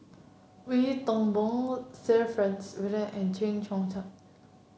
Wee Toon Boon Sir Franks Swettenham and Chen